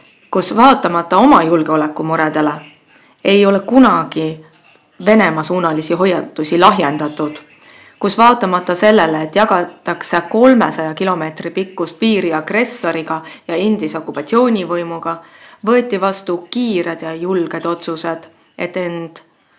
Vaatamata oma julgeolekumuredele ei ole siin kunagi Venemaa-suunalisi hoiatusi lahjendatud. Vaatamata sellele, et jagatakse 300 kilomeetri pikkust piiri agressoriga ja endise okupatsioonivõimuga, võeti vastu kiired ja julged otsused, et